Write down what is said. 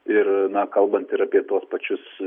ir na kalbant ir apie tuos pačius